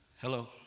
Hello